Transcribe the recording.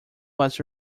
was